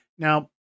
Now